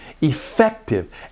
effective